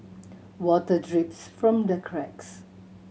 water drips from the cracks